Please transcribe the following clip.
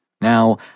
Now